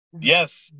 Yes